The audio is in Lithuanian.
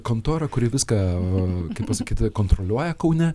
kontora kuri viską kaip pasakyta kontroliuoja kaune